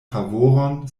favoron